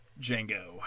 Django